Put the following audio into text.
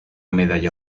medalla